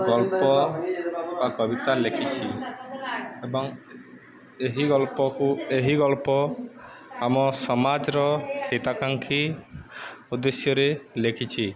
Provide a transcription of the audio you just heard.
ଗଳ୍ପ ବା କବିତା ଲେଖିଛି ଏବଂ ଏହି ଗଳ୍ପକୁ ଏହି ଗଳ୍ପ ଆମ ସମାଜର ହିତାକାଂକ୍ଷି ଉଦ୍ଦେଶ୍ୟରେ ଲେଖିଛି